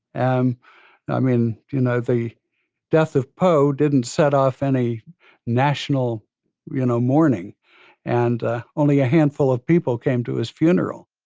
um i mean you know the death of poe didn't set off any national you know mourning and only a handful of people came to his funeral